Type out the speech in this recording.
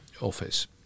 Office